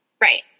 right